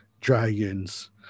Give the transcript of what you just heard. dragons